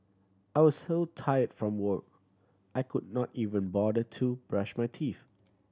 I was so tired from work I could not even bother to brush my teeth